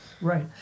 Right